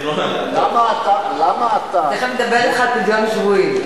תיכף נדבר אתך על פדיון שבויים.